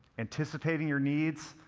anticipating your needs,